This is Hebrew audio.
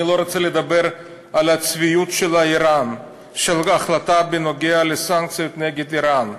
אני לא רוצה לדבר על הצביעות של ההחלטה בנוגע לסנקציות נגד איראן.